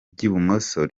ry’ibumoso